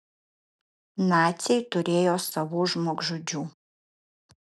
naciai turėjo savų žmogžudžių